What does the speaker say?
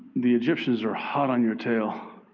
the egyptians are hot on your tail.